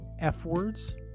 F-words